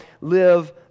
live